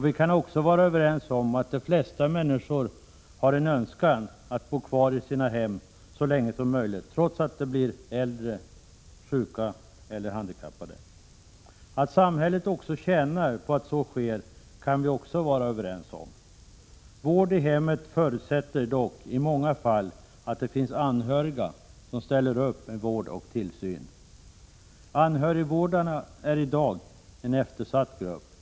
Vi kan konstatera att de flesta människor har en önskan att få göra det, trots att de blir äldre, sjuka eller handikappade. Att samhället också tjänar på att människor bor kvar i sina hem kan vi också vara överens om. Vård i hemmet förutsätter dock i många fall att det finns anhöriga som ställer upp med vård och tillsyn. Anhörigvårdarna är i dag en eftersatt grupp.